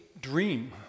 dream